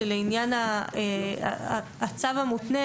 זה לעניין הצו המותנה,